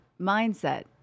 mindset